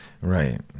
right